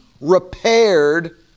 repaired